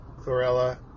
chlorella